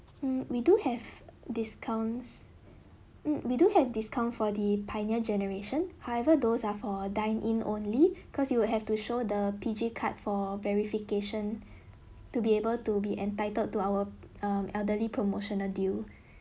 mm we do have discounts mm we do have discounts for the pioneer generation however those are for dine in only cause you will have to show the PG card for verification to be able to be entitled to our um elderly promotional deal